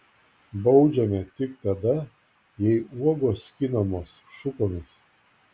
baudžiame tik tada jei uogos skinamos šukomis